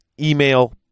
email